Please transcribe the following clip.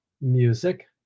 music